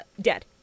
dead